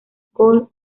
col